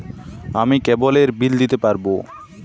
আমি কেবলের বিল দিতে পারবো?